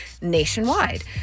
nationwide